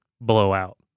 blowout